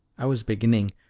i was beginning,